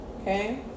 Okay